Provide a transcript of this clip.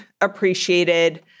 appreciated